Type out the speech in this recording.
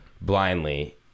blindly